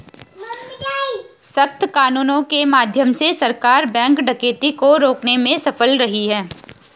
सख्त कानूनों के माध्यम से सरकार बैंक डकैती को रोकने में सफल रही है